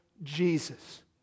Jesus